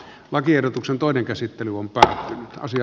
lakiehdotuksen toinen käsittely humppatähti rosie